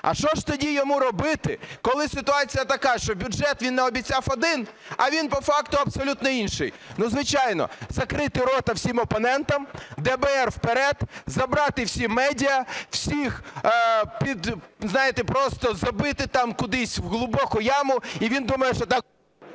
А що ж тоді йому робити, коли ситуація така, що бюджет він наобіцяв один, а він по факту абсолютно інший? Ну, звичайно: закрити рота всім опонентам, ДБР вперед, забрати всі медіа, всіх просто забити кудись в глибоку яму. І він думає, що так…